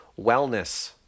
wellness